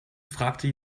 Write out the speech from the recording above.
fragte